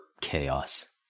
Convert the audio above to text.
chaos